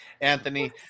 Anthony